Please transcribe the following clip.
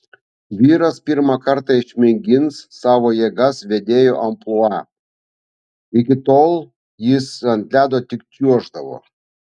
vyras pirmą kartą išmėgins savo jėgas vedėjo amplua iki tol jis ant ledo tik čiuoždavo